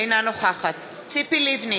אינה נוכחת ציפי לבני,